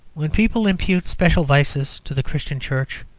when people impute special vices to the christian church,